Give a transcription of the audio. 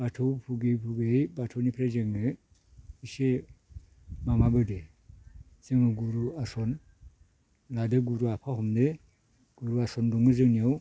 बाथौ फुगियै फुगियै बाथौनिफ्राय जोङो इसे माबाबोदो जों गुरु आसन लादो गुरु आफा हमदो गुरु आसन दङो जोंनियाव